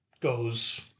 goes